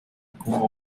como